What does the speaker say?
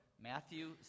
Matthew